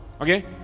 okay